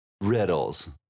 Riddles